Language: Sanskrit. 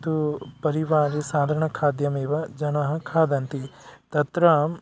तु परिवारे साधारणखाद्यमेव जनाः खादन्ति तत्र